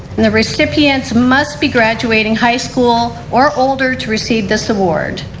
and the recipients must be graduating high school or older to receive this award.